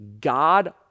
God